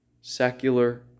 secular